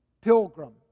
pilgrim